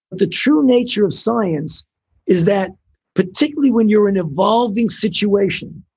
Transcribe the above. the true nature of science is that particularly when you're an evolving situation,